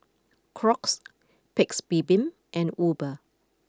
Crocs Paik's Bibim and Uber